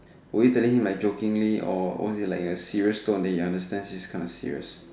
were you telling him like jokingly or was it like in a serious tone then he understand this kind of serious